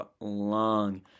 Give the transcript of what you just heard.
long